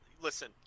Listen